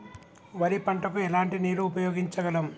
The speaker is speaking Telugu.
వరి పంట కు ఎలాంటి నీరు ఉపయోగించగలం?